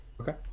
okay